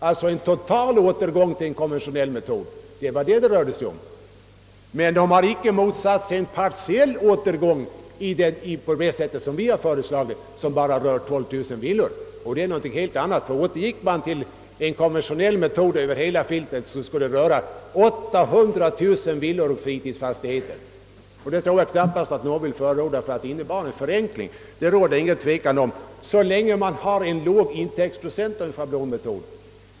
Däremot har de icke yttrat sig om en partiell återgång på det sätt vi har föreslagit och som skulle gälla endast 12000 villor. Det är någonting helt annat. Återgick man till den konventionella metoden över hela fältet skulle det gälla 800 000 villor och fritidsfastigheter, och det tror jag knappast att någon vill förorda. Däremot innebär schablonmetoden en förenkling — därom råder det inga delade meningar — och den kan godtas så länge man har en låg intäktsprocent.